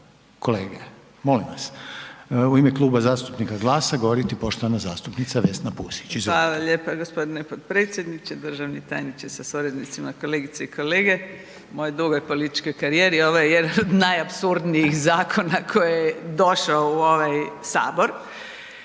Poslovnika. Sada će u ime Kluba zastupnika GLAS-a govoriti poštovana zastupnica Vesna Pusić, izvolite. **Pusić, Vesna (GLAS)** Hvala lijepa g. potpredsjedniče, državni tajniče sa suradnicima, kolegice i kolege. U mojoj dugoj političkoj karijeri ovo je jedan od najapsurdnijih zakona koji je došao u ovaj sabor.